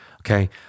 Okay